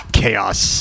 chaos